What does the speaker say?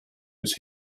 was